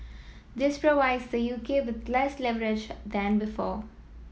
this provides the U K with less leverage than before